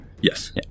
Yes